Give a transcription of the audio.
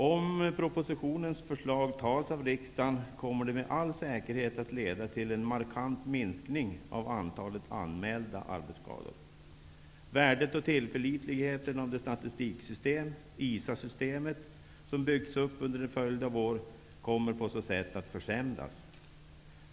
Om propositionens förslag antas av riksdagen, kommer det med alla säkerhet att leda till en markant minskning av antalet anmälda arbetsskador. Värdet och tillförlitligheten av det statistiksystem, ISA-systemet, som har byggts upp under en följd av år kommer på så sätt att försämras.